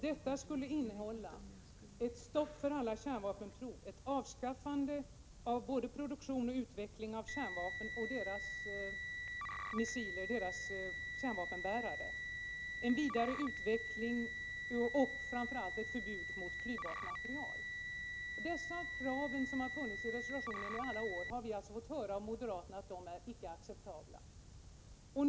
Detta skulle innehålla ett stopp för alla kärnvapenprov, ett avskaffande av både produktion och utveckling av kärnvapen och kärnvapenbärare, en vidare utveckling och framför allt ett förbud mot tillverkning av klyvbart material. Dessa krav, som har funnits i resolutionerna i alla år, har moderaterna sagt vara oacceptabla.